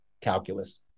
calculus